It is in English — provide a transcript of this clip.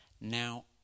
now